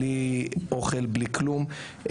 בלי אוכל, בלי כלום.